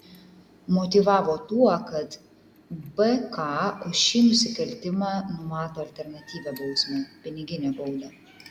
motyvavo tuo kad bk už šį nusikaltimą numato alternatyvią bausmę piniginę baudą